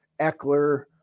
Eckler